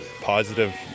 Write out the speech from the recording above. positive